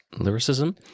lyricism